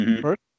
first